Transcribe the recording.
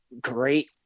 great